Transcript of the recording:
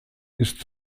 ist